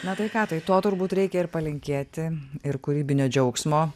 na tai ką tai to turbūt reikia ir palinkėti ir kūrybinio džiaugsmo